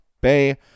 Bay